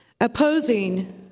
opposing